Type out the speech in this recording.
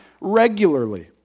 regularly